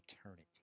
eternity